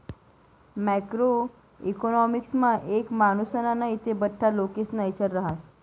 macro इकॉनॉमिक्समा एक मानुसना नै ते बठ्ठा लोकेस्ना इचार रहास